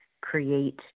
create